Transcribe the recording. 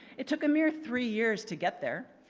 it took a mere three years to get there,